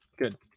Good